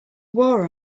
war